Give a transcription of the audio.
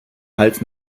hals